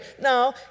No